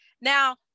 Now